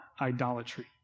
idolatry